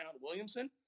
Williamson